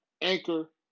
Anchor